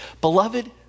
Beloved